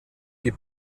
die